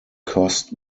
cost